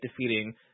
defeating